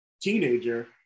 teenager